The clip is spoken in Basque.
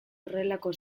horrelako